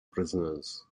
prisoners